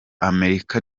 amerika